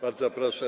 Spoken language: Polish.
Bardzo proszę.